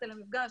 המפגש,